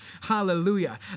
Hallelujah